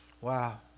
Wow